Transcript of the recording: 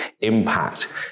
impact